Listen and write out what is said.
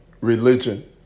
religion